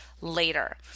later